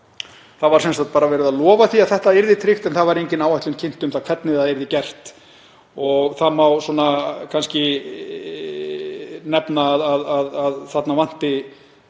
Það var sem sagt verið að lofa því að þetta yrði tryggt en það var engin áætlun kynnt um hvernig það yrði gert. Það má kannski nefna að þarna vanti